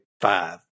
five